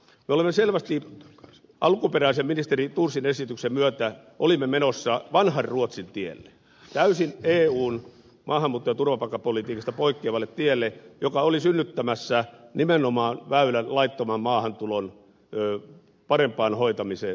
me olimme selvästi alkuperäisen ministeri thorsin esityksen myötä menossa vanhan ruotsin tielle täysin eun maahanmuutto ja turvapaikkapolitiikasta poikkeavalle tielle joka oli synnyttämässä nimenomaan väylän laittoman maahantulon parempaan hoitamiseen suomessa